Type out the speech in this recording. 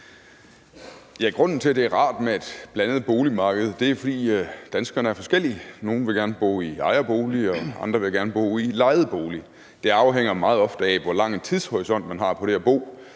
Grunden til, at det er rart med et blandet boligmarked, er, at danskerne er forskellige. Nogle vil gerne bo i ejerbolig, andre vil gerne bo i lejet bolig. Det afhænger meget ofte af, hvor lang en tidshorisont man har på det at bo.